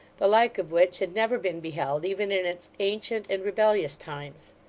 the like of which had never been beheld, even in its ancient and rebellious times.